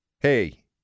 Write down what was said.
Hey